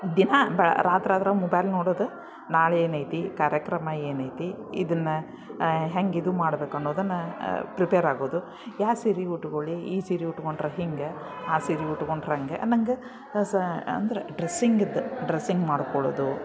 ದಿನಾ ಬ ರಾತ್ರಿ ಆದ್ರೆ ಮೊಬೈಲ್ ನೋಡೋದು ನಾಳೆ ಏನೈತಿ ಕಾರ್ಯಕ್ರಮ ಏನೈತಿ ಇದನ್ನು ಹೇಗಿದು ಮಾಡ್ಬೇಕು ಅನ್ನೋದನ್ನು ಪ್ರಿಪೇರ್ ಆಗೋದು ಯಾವ ಸೀರೆ ಉಟ್ಟುಕೊಳ್ಳಿ ಈ ಸೀರೆ ಉಟ್ಟುಕೊಂಡ್ರೆ ಹಿಂಗೆ ಆ ಸೀರೆ ಉಟ್ಕೊಂಡ್ರೆ ಹಂಗೆ ನಂಗೆ ಸ ಅಂದರೆ ಡ್ರೆಸ್ಸಿಂಗಿದ್ದು ಡ್ರೆಸ್ಸಿಂಗ್ ಮಾಡಿಕೊಳ್ಳೋದು